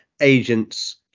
agents